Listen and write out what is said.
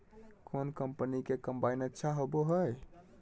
कौन कंपनी के कम्बाइन अच्छा होबो हइ?